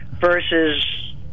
versus